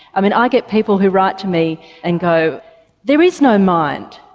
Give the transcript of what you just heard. i mean i get people who write to me and go there is no mind,